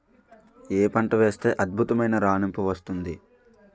ఏ పంట వేస్తే అద్భుతమైన రాణింపు వస్తుంది?